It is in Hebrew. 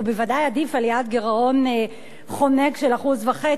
והוא בוודאי עדיף על יעד גירעון חונק של 1.5%,